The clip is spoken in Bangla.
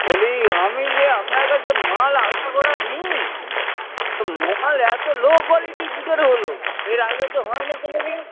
বলি আমি যে আপনার কাছে মাল আগাগোড়া নিই তা মাল এতো লো কোয়ালিটি কি করে হলো এর আগে তো হয়নি কোনোদিন